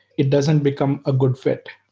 it doesn't become a good fit.